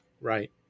Right